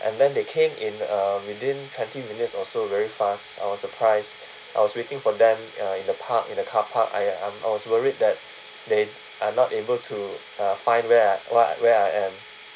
and then they came in uh within twenty minutes also very fast I was surprised I was waiting for them uh in the park in a car park I I'm I was worried that they are not able to uh find where I what where I am